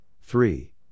three